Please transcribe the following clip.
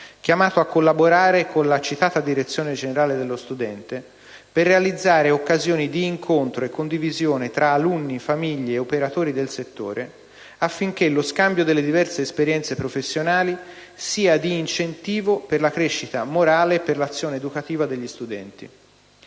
chiamato a collaborare con la citata direzione generale dello studente per realizzare occasioni di incontro e condivisione tra alunni, famiglie e operatori del settore, affinché lo scambio delle diverse esperienze professionali sia di incentivo per la crescita morale e per l'azione educativa degli studenti.